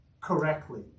correctly